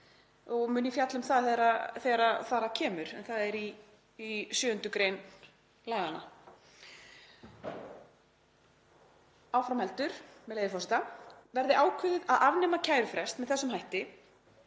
og mun ég fjalla um það þegar þar að kemur, en það er í 7. gr. laganna. Áfram heldur, með leyfi forseta: „Verði ákveðið að afnema kærufrest með þessum hætti